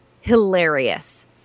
hilarious